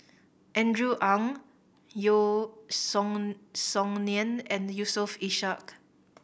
Andrew Ang Yeo Song Song Nian and Yusof Ishak